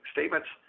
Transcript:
Statements